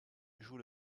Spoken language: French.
joue